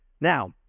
Now